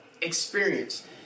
Experience